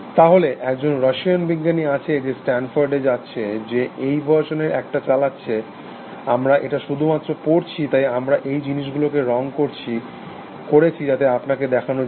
তাহলে একজন রাশিয়ান বিজ্ঞানী আছে যে স্ট্যান্ডফোর্ডে যাচ্ছে যে এই ভার্সনের একটা চালাচ্ছে আমরা এটা শুধুমাত্র পড়েছি তাই আমরা এই জিনিসগুলো রঙ করেছি যাতে আপনাকে দেখানো যায়